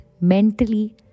mentally